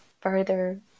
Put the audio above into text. further